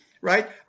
right